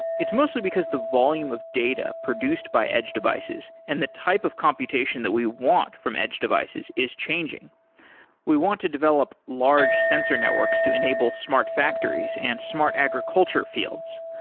it's mostly because the volume of data produced by edge devices and the type of computation that we want from edge devices is changing we want to develop large sensor networks to enable smart factories and smart agriculture fields.